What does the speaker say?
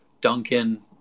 Duncan